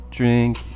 drink